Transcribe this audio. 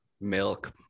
milk